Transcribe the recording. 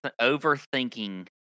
Overthinking